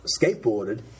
skateboarded